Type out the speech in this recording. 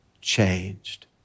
changed